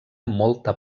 molta